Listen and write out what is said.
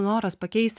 noras pakeisti